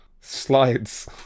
Slides